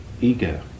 ego